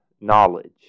knowledge